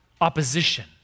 opposition